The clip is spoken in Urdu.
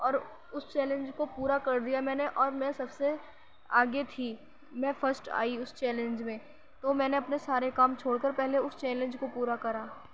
اور اس چیلنج کو پورا کر دیا میں نے اور میں سب سے آگے تھی میں فسٹ آئی اس چیلنج میں تو میں نے اپنے سارے کام چھوڑ کر پہلے اس چیلنج کو پورا کرا